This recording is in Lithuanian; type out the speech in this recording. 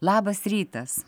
labas rytas